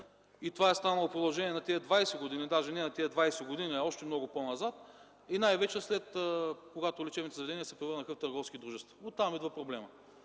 и това е станало в продължение на тези 20 години, даже не на тези 20 години, а много по-назад, и най-вече след като лечебните заведения се превърнаха в търговски дружества. Оттам идва проблемът.